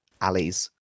alleys